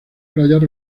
playas